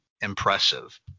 impressive